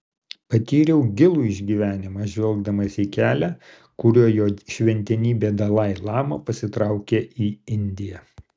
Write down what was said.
patyriau gilų išgyvenimą žvelgdamas į kelią kuriuo jo šventenybė dalai lama pasitraukė į indiją